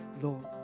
Lord